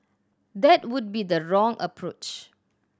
that would be the wrong approach